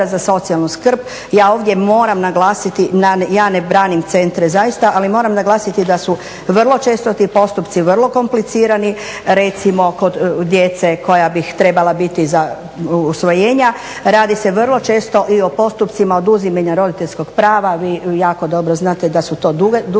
za socijalnu skrb, ja ovdje moram naglasiti, ja ne branim centre zaista, ali moram naglasiti da su vrlo često ti postupci vrlo komplicirani, recimo kod djece koja bi trebala biti za usvojenja. Radi se vrlo često i o postupcima oduzimanja roditeljskog prava, vi jako dobro znate da su to dugotrajni